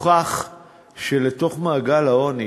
הוכח שלתוך מעגל העוני,